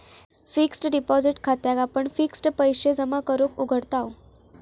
fixed deposit खात्याक आपण fixed पैशे जमा करूक उघडताव